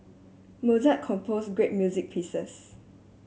Mozart compose great music pieces